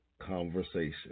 conversation